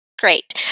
Great